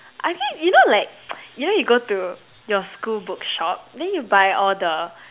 I keep you know like you know you go to your school bookshop then you buy all the